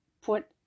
put